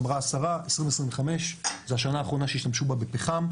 אמרה השרה 2025 זו השנה האחרונה שישתמשו בה בפחם,